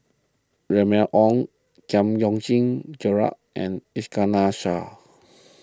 Remy Ong Giam Yean Song Gerald and Iskandar Shah